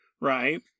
Right